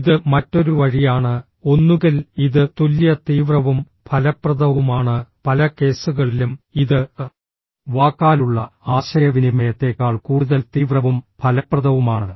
ഇത് മറ്റൊരു വഴിയാണ് ഒന്നുകിൽ ഇത് തുല്യ തീവ്രവും ഫലപ്രദവുമാണ് പല കേസുകളിലും ഇത് വാക്കാലുള്ള ആശയവിനിമയത്തേക്കാൾ കൂടുതൽ തീവ്രവും ഫലപ്രദവുമാണ്